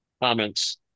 comments